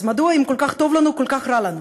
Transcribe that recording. אז מדוע אם כל כך טוב לנו, כל כך רע לנו?